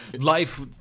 life